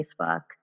Facebook